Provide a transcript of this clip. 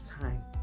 time